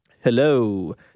hello